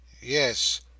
Yes